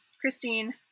Christine